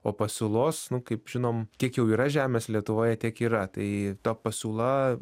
o pasiūlos kaip žinom kiek jau yra žemės lietuvoje tiek yra tai ta pasiūla